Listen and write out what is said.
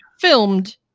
filmed